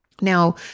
Now